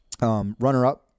runner-up